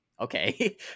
okay